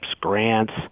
grants